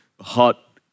hot